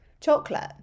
chocolate